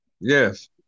Yes